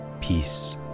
peace